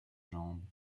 jambe